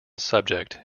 subject